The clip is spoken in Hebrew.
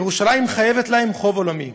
ירושלים חייבת להן חוב עולמי.